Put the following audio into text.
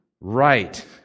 Right